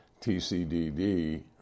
TCDD